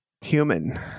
Human